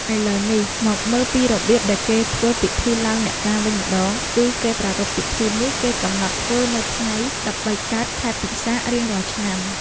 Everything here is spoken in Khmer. ឥឡូវនេះមកមើលពីរបៀបដែលគេធ្វើពិធីឡើងអ្នកតាវិញម្ដង គឺគេប្រារព្វពិធីនេះ គេកំណត់ធ្វើនៅថ្ងៃ ១៣ កើត ខែពិសាខរៀងរាល់ឆ្នាំ ។